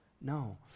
no